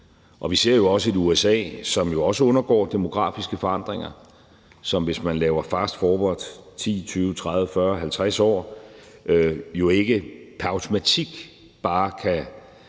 og vi ser jo også et USA, som undergår demografiske forandringer, og som, hvis man laver en fast forward, 10, 20, 30, 40, 50 år frem, ikke pr. automatik bare kan